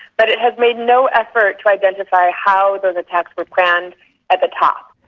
but it has made no effort to identify how those attacks were planned at the top.